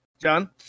John